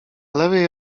lewej